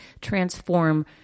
transform